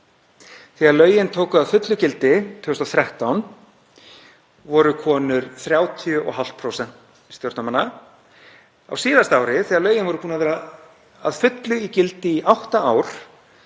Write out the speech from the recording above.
Þegar lögin tóku að fullu gildi 2013 voru konur 30,5% stjórnarmanna. Á síðasta ári þegar lögin voru búin að vera að fullu í gildi í átta ár